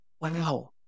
Wow